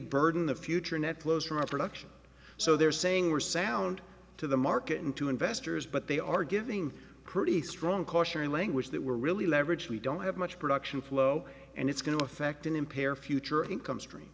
burden the future net flows from our production so they're saying we're sound to the market and to investors but they are giving pretty strong cautionary language that we're really leverage we don't have much production flow and it's going to affect an impaired future income stream